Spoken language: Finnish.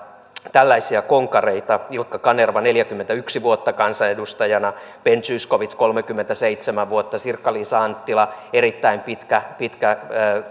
tällaisia konkareita ilkka kanerva neljäkymmentäyksi vuotta kansanedustajana ben zyskowicz kolmekymmentäseitsemän vuotta sirkka liisa anttila erittäin pitkä pitkä